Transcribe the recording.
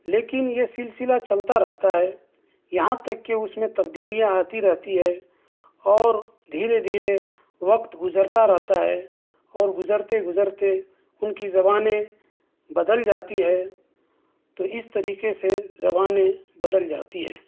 لیکن یہ سلسلہ چلتا رہتا ہے یہاں تک کہ اس میں تبدیلیاں آتی رہتی ہے اور دھیرے دھیرے وقت گزرتا رہتا ہے اور گزرتے گزرتے ان کی زبانیں بدل جاتی ہے تو اس طریقے سے زبانیں بدل جاتی ہے